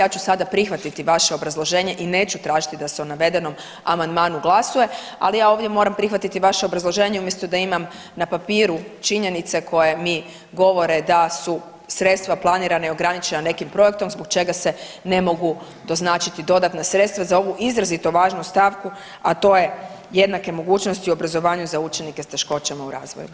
Ja ću sada prihvatiti vaše obrazloženje i neću tražiti da se o navedenom amandmanu glasuje, ali ja ovdje moram prihvatiti vaše obrazloženje umjesto da imam na papiru činjenice koje mi govore da su sredstva planirana i ograničena nekim projektom zbog čega se ne mogu doznačiti dodatna sredstva za ovu izrazito važnu stavku, a to je jednake mogućnosti u obrazovanje za učenike s teškoćama u razvoju.